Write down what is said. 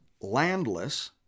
landless